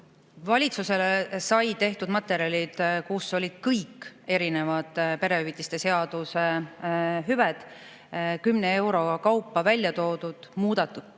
Valitsusele said tehtud materjalid, kus olid kõik erinevad perehüvitiste seaduse hüved 10 euro kaupa välja toodud, et